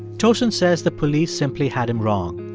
tosin says the police simply had him wrong.